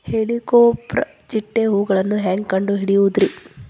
ಹೇಳಿಕೋವಪ್ರ ಚಿಟ್ಟೆ ಹುಳುಗಳನ್ನು ಹೆಂಗ್ ಕಂಡು ಹಿಡಿಯುದುರಿ?